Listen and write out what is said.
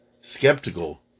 skeptical